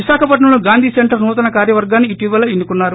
విశాఖపట్నంలోని గాంధీ సెంటర్ నూతన కార్యవర్గాన్ని ఇటీవలే ఎన్ను కున్నారు